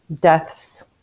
deaths